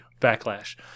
Backlash